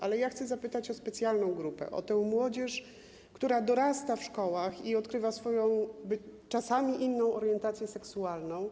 Ale chcę zapytać o specjalną grupę, o tę młodzież, która dorasta w szkołach i odkrywa czasami swoją inną orientację seksualną.